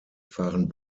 fahren